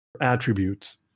attributes